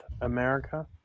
America